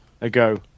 ago